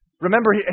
Remember